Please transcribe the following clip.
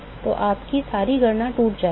तो आपकी सारी गणना टूट जाएगी